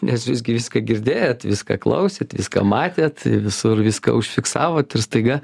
nes visgi viską girdėjot viską klausėt viską matėt į visur viską užfiksavot ir staiga